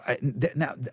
now